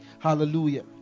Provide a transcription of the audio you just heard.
Hallelujah